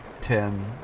ten